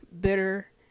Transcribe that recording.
bitter